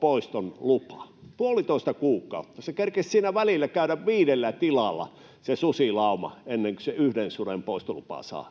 poiston lupa — puolitoista kuukautta. Se susilauma kerkesi siinä välillä käydä viidellä tilalla ennen kuin sen yhden suden poistoluvan sai.